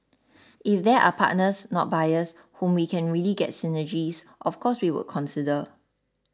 if there are partners not buyers whom we can really get synergies of course we would consider